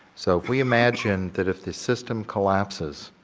so if we imagine that if the system collapses,